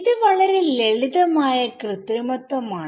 ഇത് വളരെ ലളിതമായ കൃത്രിമത്വമാണ്